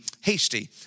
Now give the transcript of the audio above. hasty